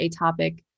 atopic